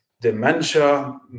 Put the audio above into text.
dementia